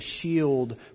shield